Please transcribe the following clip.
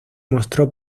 mostró